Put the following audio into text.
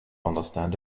understand